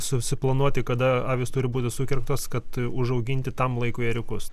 susiplanuoti kada avys turi būti sukirptos kad užauginti tam laikui ėriukus